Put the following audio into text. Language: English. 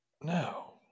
No